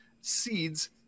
seeds